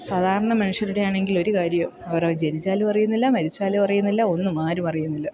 സാധാരണ മനുഷ്യരുടെയാണെങ്കിൽ ഒരു കാര്യവും അവരത് ജനിച്ചാലും അറിയുന്നില്ല മരിച്ചാലും അറിയുന്നില്ല ഒന്നും ആരും അറയുന്നില്ല